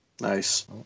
Nice